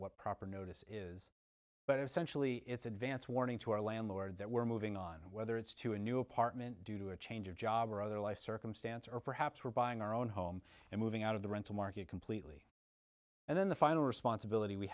what proper notice is but essentially it's advance warning to our landlord that we're moving on and whether it's to a new apartment due to a change of job or other life circumstance or perhaps we're buying our own home and moving out of the rental market completely and then the final responsibility we